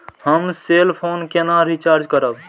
हम cell phone केना recharge करब?